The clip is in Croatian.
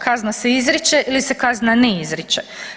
Kazna se izriče ili se kazna ne izriče?